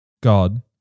God